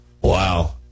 Wow